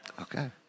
Okay